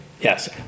Yes